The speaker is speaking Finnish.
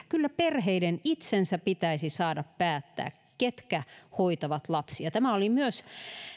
kyllä perheiden itsensä pitäisi saada päättää ketkä hoitavat lapsia tämä oli myös